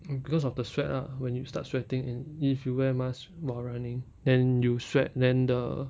because of the sweat lah when you start sweating and if you wear mask while running then you sweat then the